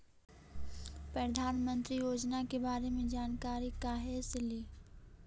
प्रधानमंत्री योजना के बारे मे जानकारी काहे से ली?